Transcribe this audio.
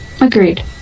Agreed